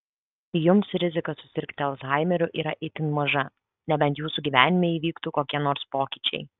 jums rizika susirgti alzhaimeriu yra itin maža nebent jūsų gyvenime įvyktų kokie nors pokyčiai